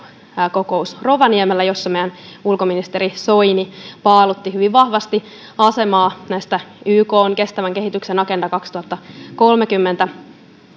kokous rovaniemellä jossa meidän ulkoministeri soini paalutti hyvin vahvasti asemaa näille ykn kestävän kehityksen agenda kaksituhattakolmekymmentä